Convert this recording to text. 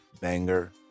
banger